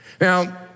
Now